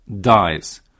dies